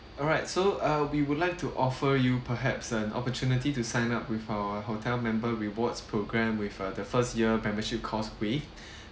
alright so uh we would like to offer you perhaps an opportunity to sign up with our hotel member rewards program with uh the first year membership cost waived